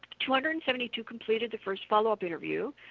two hundred and seventy two completed the first follow-up interview,